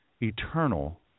eternal